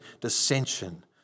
dissension